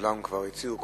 כולם כבר הציעו,